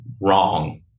wrong